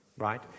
right